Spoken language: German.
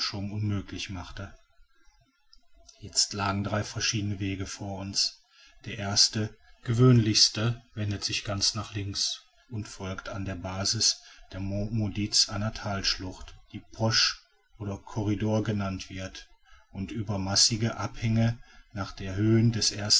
unmöglich machte jetzt lagen drei verschiedene wege vor uns der erste gewöhnlichste wendet sich ganz nach links und folgt an der basis der monts maudits einer thalschlucht die porche oder corridor genannt wird und über mäßige abhänge nach der höhe des